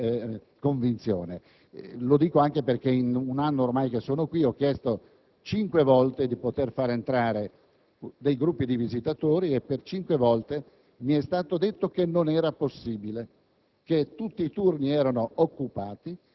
questa attenzione con la dovuta convinzione: lo dico anche perché in un anno da che sono qui ho chiesto cinque volte di poter far entrare dei gruppi di visitatori e per cinque volte mi è stato detto che non era possibile,